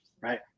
right